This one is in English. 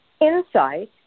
insight